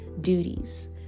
duties